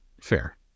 Fair